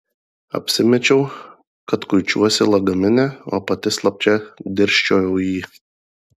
apsimečiau kad kuičiuosi lagamine o pati slapčia dirsčiojau į jį